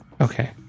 Okay